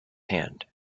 hand